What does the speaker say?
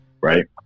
Right